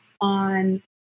on